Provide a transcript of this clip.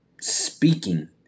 speaking